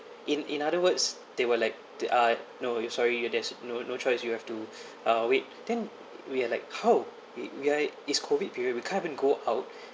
in in other words they were like to uh no sorry there's no no choice you have to uh wait then we are like how it we are is COVID period we can't even go out